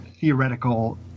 theoretical